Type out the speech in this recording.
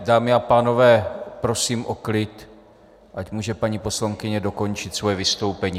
Dámy a pánové, prosím o klid, ať může paní poslankyně dokončit svoje vystoupení.